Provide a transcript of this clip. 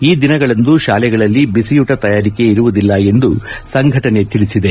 ಈ ದಿನಗಳಂದು ಶಾಲೆಗಳಲ್ಲಿ ಬಿಸಿಯೂಟ ತಯಾರಿಕೆ ಇರುವುದಿಲ್ಲ ಎಂದು ಸಂಘಟನೆ ತಿಳಿಸಿದೆ